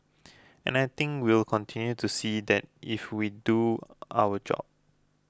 and I think we'll continue to see that if we do our job